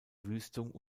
wüstung